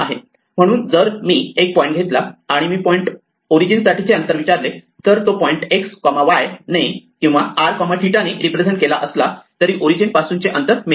म्हणून जर मी एक पॉईंट घेतला आणि मी O साठीचे अंतर विचारले तर तो पॉईंट x y ने किंवा r 𝜭 ने रिप्रेझेंट केला असला तरी ओरिजिन पासूनचे अंतर मिळते